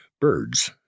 birds